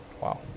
Wow